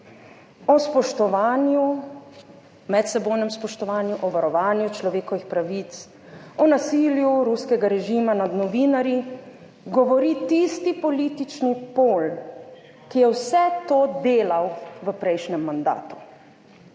O spoštovanju, medsebojnem spoštovanju, o varovanju človekovih pravic, o nasilju ruskega režima nad novinarji govori tisti politični pol, ki je vse to delal v prejšnjem mandatu,